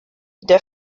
der